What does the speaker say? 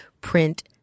print